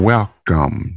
Welcome